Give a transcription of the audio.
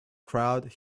crowd